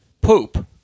poop